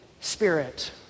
Spirit